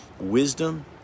Wisdom